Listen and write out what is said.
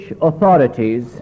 authorities